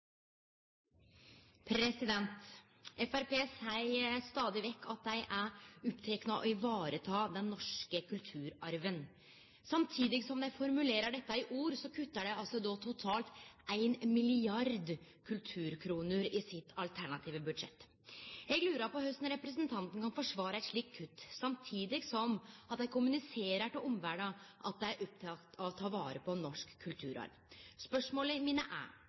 å ivareta den norske kulturarven. Samtidig som de formulerer dette i ord, kutter de totalt 1 mrd. kulturkroner i sitt alternative budsjett. Jeg lurer på hvordan representanten kan forsvare et slikt kutt, samtidig som de kommuniserer til omverdenen at de er opptatt av å ta vare på norsk kulturarv. Spørsmålene mine er: